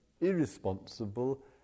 irresponsible